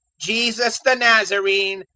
jesus the nazarene,